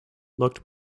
looked